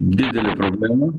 didelė problema